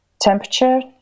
temperature